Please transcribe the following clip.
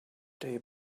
they